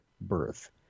birth